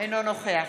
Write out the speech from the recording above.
אינו נוכח